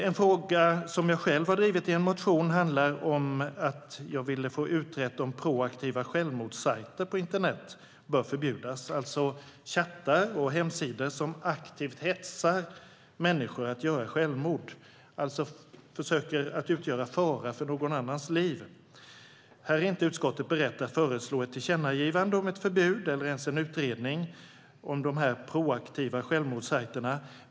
En fråga som jag själv driver i en motion handlar om att få utrett om proaktiva självmordssajter på internet bör förbjudas - chattar och hemsidor som aktivt hetsar människor till att begå självmord, som alltså utgör en fara för någon annans liv. I utskottet är man inte beredd att föreslå ett tillkännagivande om ett förbud eller ens en utredning om de här proaktiva självmordssajterna.